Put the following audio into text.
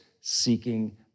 seeking